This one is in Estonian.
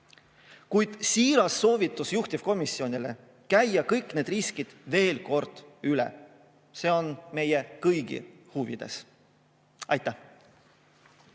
kuid on siiras soovitus juhtivkomisjonile käia kõik need riskid veel kord läbi. See on meie kõigi huvides. Aitäh!